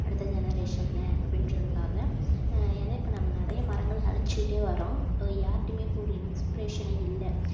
அடுத்த ஜெனரேஷனில் அப்படின்றதுக்காக ஏன்னா இப்போ நம்ம நிறையா மரங்களில் அழித்துக்கிட்டே வரோம் ஒ யார்கிட்டையுமே இப்போது ஒரு இன்ஸ்ப்ரேஷனே இல்லை